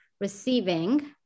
receiving